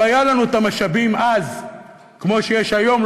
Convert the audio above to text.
לו היה לנו אז את המשאבים שיש היום,